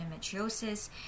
endometriosis